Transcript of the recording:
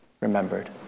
remembered